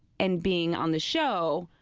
and being on the show,